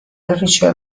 ریچل